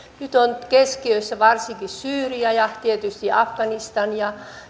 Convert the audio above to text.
nyt on keskiössä varsinkin syyria ja tietysti afganistan ja